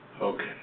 Okay